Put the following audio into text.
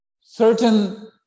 certain